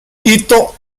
hito